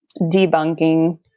debunking